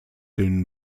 soon